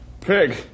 Pig